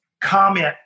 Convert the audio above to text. comment